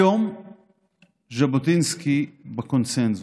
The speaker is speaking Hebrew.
היום ז'בוטינסקי בקונסנזוס,